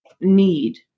need